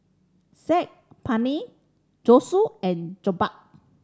Saag Paneer Zosui and Jokbal